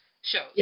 shows